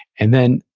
and then,